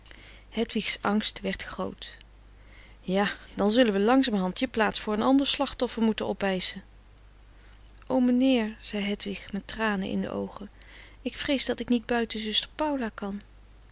hedwigs angst werd groot ja dan zullen we langzamerhand je plaats voor een ander slachtoffer moeten opeischen o mijnheer zei hedwig met tranen in de oogen ik vrees dat ik niet buiten zuster paula kan